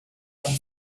done